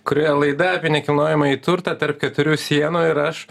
kurioje laida apie nekilnojamąjį turtą tarp keturių sienų ir aš